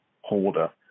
holder